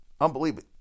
Unbelievable